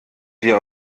wir